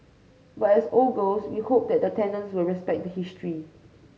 but as old girls we hope that the tenants will respect the history